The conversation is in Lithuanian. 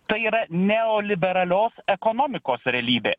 tai yra neoliberalios ekonomikos realybė